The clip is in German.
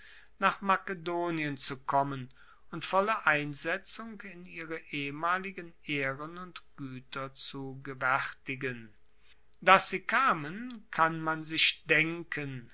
nach makedonien zu kommen und volle einsetzung in ihre ehemaligen ehren und gueter zu gewaertigen dass sie kamen kann man sich denken